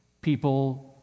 people